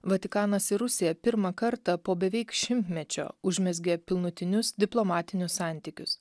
vatikanas ir rusija pirmą kartą po beveik šimtmečio užmezgė pilnutinius diplomatinius santykius